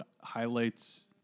highlights